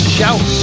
Shout